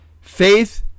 Faith